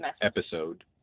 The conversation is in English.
episode